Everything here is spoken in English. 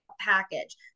package